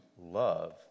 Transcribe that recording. love